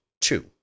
two